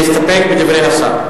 מסתפק בדברי השר.